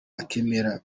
akemera